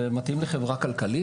זה מתאים לחברה כלכלית,